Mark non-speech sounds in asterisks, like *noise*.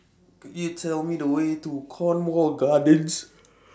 Could YOU Tell Me The Way to Cornwall Gardens *noise*